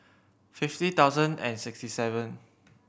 fifty thousand and sixty seven